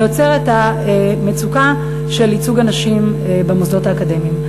זה יוצר את המצוקה של ייצוג הנשים במוסדות האקדמיים.